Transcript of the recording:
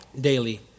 daily